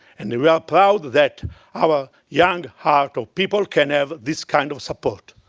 and we are proud that our young heart of people can have this kind of support.